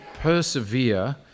persevere